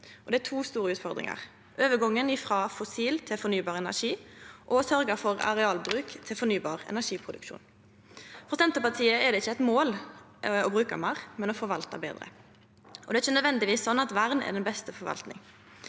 Det er to store utfordringar: overgangen frå fossil til fornybar energi og å sørgja for arealbruk til fornybar energiproduksjon. For Senterpartiet er det ikkje eit mål å bruka meir, men å forvalta betre, og det er ikkje nødvendigvis slik at vern er den beste forvaltinga.